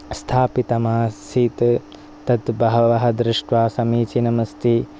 स्थापितमासीत् तत् बहवः दृष्ट्वा समीचीनमस्ति